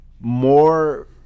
more